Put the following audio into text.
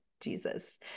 Jesus